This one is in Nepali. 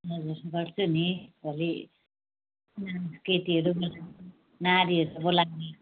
हजुर गर्छु नि घरि नानी केटीहरू नारीहरू होलान् नि